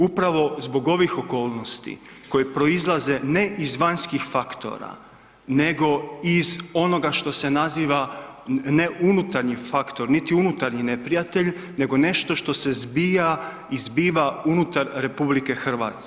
Upravo zbog ovih okolnosti koji proizlaze, ne iz vanjskih faktora nego iz onoga što se naziva, ne unutarnji faktor, niti unutarnji neprijatelj, nego nešto se zbija i zbiva unutar RH.